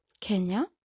Kenya